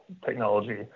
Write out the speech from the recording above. technology